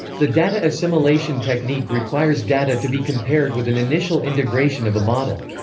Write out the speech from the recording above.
the data assimilation technique requires data to be compared with an initial integration of a model.